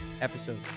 episode